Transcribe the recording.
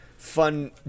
Fun